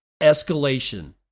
escalation